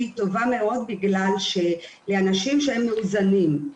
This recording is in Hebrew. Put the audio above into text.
היא טובה מאוד לאנשים שהם מאוזנים,